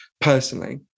personally